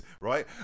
right